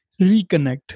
reconnect